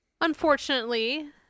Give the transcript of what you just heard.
Unfortunately